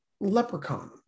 Leprechaun